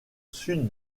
sud